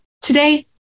Today